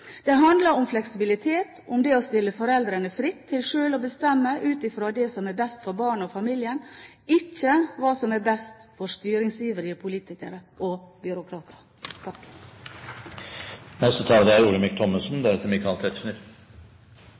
Det handler om fleksibilitet, om det å stille foreldrene fritt til sjøl å bestemme ut fra det som er best for barnet og familien, ikke hva som er best for styringsivrige politikere og byråkrater.